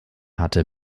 hatte